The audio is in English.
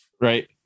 Right